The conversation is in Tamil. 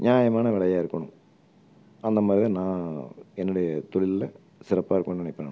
நியாயமான விலையாக இருக்கணும் அந்த மாதிரிதான் நான் என்னுடைய தொழிலில் சிறப்பாக இருக்கணுனு நினைப்பேன் நான்